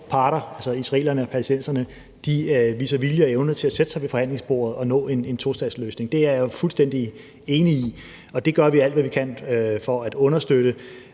parter, altså israelerne og palæstinenserne, viser vilje og evne til at sætte sig ved forhandlingsbordet og nå en tostatsløsning. Det er jeg fuldstændig enig i. Og det gør vi alt, hvad vi kan, for at understøtte.